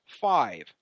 five